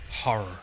horror